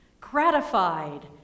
gratified